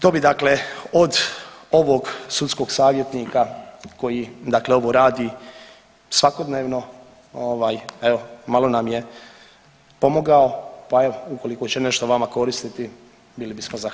To bi dakle od ovog sudskog savjetnika koji dakle ovo radi svakodnevno, evo malo nam je pomogao, pa evo ukoliko će nešto vama koristiti bili bismo zahvalni.